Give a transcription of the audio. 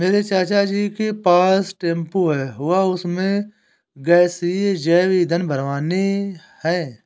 मेरे चाचा जी के पास टेंपो है वह उसमें गैसीय जैव ईंधन भरवाने हैं